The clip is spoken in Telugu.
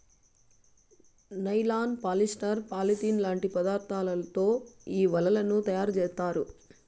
నైలాన్, పాలిస్టర్, పాలిథిలిన్ లాంటి పదార్థాలతో ఈ వలలను తయారుచేత్తారు